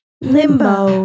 Limbo